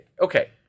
Okay